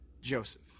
Joseph